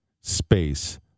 space